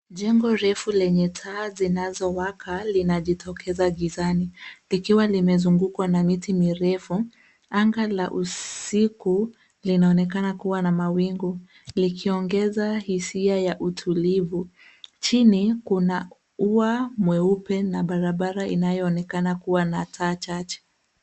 Jengo refu lenye taa zinazowaka linajitokeza gizani, likiwa limezungukwa na miti mirefu. Anga la usiku linaonekana kuwa na mawingu likiongeza hisia ya utulivu. Chini kuna ua mweupe na barabara inayoonekana kuwa na taa chache.